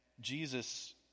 Jesus